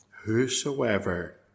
Whosoever